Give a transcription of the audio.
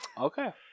Okay